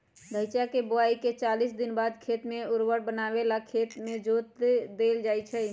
धइचा के बोआइके चालीस दिनबाद खेत के उर्वर बनावे लेल खेत में जोत देल जइछइ